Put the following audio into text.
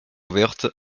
ouverte